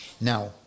Now